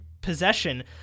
possession